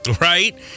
right